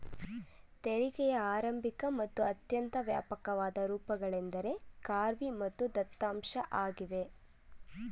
ತೆರಿಗೆಯ ಆರಂಭಿಕ ಮತ್ತು ಅತ್ಯಂತ ವ್ಯಾಪಕವಾದ ರೂಪಗಳೆಂದ್ರೆ ಖಾರ್ವಿ ಮತ್ತು ದತ್ತಾಂಶ ಆಗಿವೆ